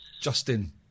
Justin